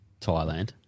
Thailand